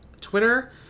Twitter